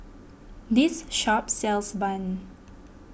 this shop sells Bun